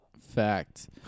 Fact